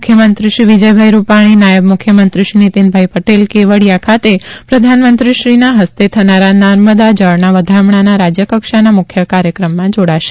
મુખ્યમંત્રી શ્રી વિજયભાઈ રૂપાણી નાયબ મુખ્ય મંત્રી શ્રી નીતિનભાઈ પટેલ કેવડીયા ખાતે પ્રધાનમંત્રીશ્રીના હસ્તે થનારા નર્મદા જળ વધામણાના રાજ્ય કક્ષાના મુખ્ય કાર્યક્રમમાં જોડાશે